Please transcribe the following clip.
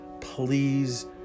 please